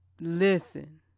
Listen